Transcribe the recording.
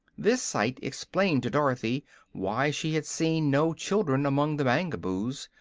this sight explained to dorothy why she had seen no children among the mangaboos,